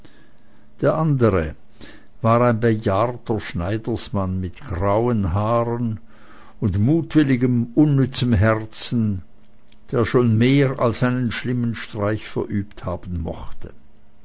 der andere war ein bejahrter schneidersmann mit grauen haaren und mutwilligem unnützem herzen der schon mehr als einen schlimmen streich verübt haben mochte